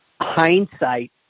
hindsight